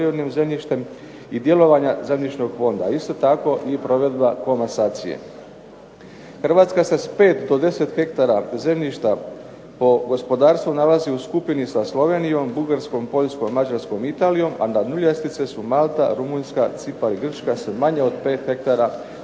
Hrvatska se s pet do 10 hektara zemljišta po gospodarstvu nalazi u skupini sa Slovenijom, Bugarskom, Poljskom, Mađarskom, Italijom, a na dnu ljestvice su Malta, Rumunjska, Cipar i Grčka sa manje od pet hektara korištenog